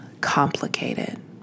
Complicated